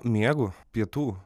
miegu pietų